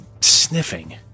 sniffing